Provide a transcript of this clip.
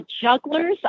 Jugglers